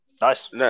Nice